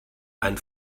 ein